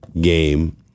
game